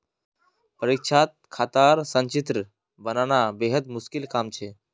परीक्षात खातार संचित्र बनाना बेहद मुश्किल काम छ